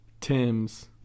Tim's